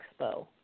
Expo